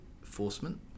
enforcement